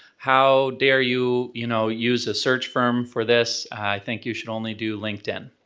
how dare you, you know, use a search firm for this, i think you should only do linkedin.